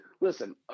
listen